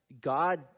God